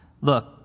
look